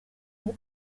aho